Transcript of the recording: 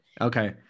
Okay